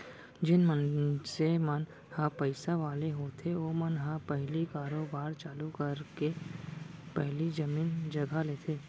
जेन मनसे मन ह पइसा वाले होथे ओमन ह पहिली कारोबार चालू करे के पहिली जमीन जघा लेथे